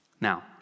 Now